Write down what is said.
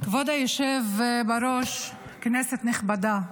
כבוד היושב בראש, כנסת נכבדה,